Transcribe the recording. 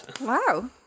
wow